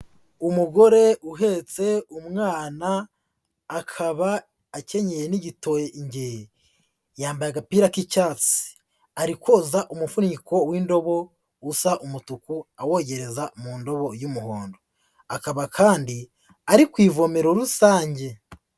Umugore uhetse umwana akaba akenyeye n'igitenge, yambaye agapira k'icyatsi, ari koza umufuniko w'indobo usa umutuku awogereza mu ndobo y'umuhondo, akaba kandi ari ku ivomero rusange.